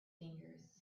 fingers